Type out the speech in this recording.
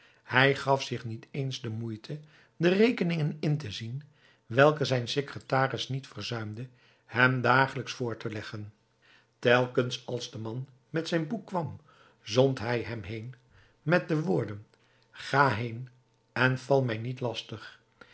hij gaf zich niet eens de moeite de rekeningen in te zien welke zijn secretaris niet verzuimde hem dagelijks voor te leggen telkens als de man met zijn boek kwam zond hij hem heên met de woorden ga heên en val mij niet lastig